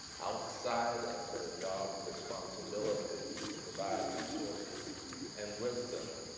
outside of their job responsibilities, to provide resources and wisdom,